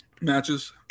Matches